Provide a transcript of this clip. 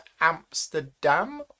Amsterdam